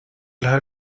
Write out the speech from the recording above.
her